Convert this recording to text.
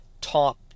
top